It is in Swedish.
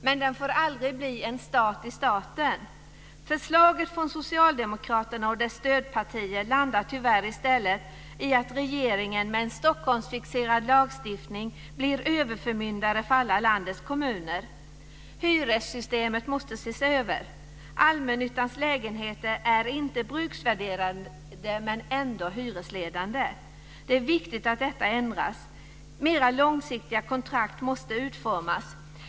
Den får dock aldrig bli en stat i staten. Förslaget från socialdemokraterna och stödpartierna landar tyvärr i stället i att regeringen med en Stockholmsfixerad lagstiftning blir överförmyndare för alla landets kommuner. Hyressystemet måste ses över. Allmännyttans lägenheter är inte bruksvärderade men ändå hyresledande. Det är viktigt att detta ändras. Mera långsiktiga kontrakt måste utformas.